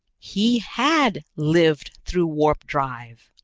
he had lived through warp-drive!